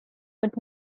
but